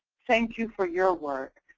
thank you for your work.